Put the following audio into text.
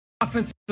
offensive